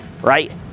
right